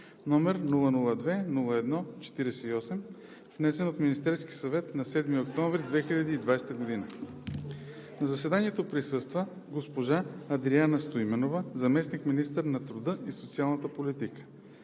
№ 002-01-48, внесен от Министерския съвет на 7 октомври 2020 г. На заседанието присъства госпожа Адриана Стоименова – заместник-министър на труда и социалната политика.